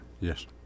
Yes